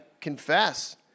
confess